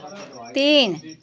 तीन